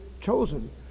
chosen